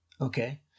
Okay